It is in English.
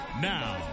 Now